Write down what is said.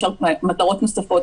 ויש מטרות נוספות.